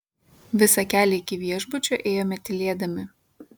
visą kelią iki viešbučio ėjome tylėdami